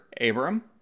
Abram